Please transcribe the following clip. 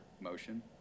motion